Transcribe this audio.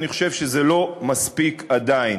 אני חושב שזה לא מספיק עדיין,